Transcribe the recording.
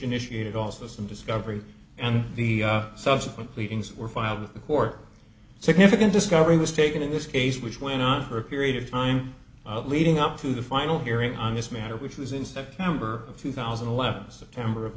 initiated also some discovery and the subsequent pleadings were filed with the court significant discovery was taken in this case which went on for a period of time leading up to the final hearing on this matter which was in september of two thousand and left september of